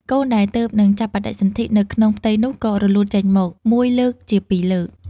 កូនដែលទើបនឹងចាប់បដិសន្ធិនៅក្នុងផ្ទៃនោះ ក៏រលូតចេញមក មួយលើកជា ពីរលើក។